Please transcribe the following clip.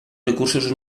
recursos